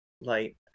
light